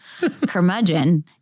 curmudgeon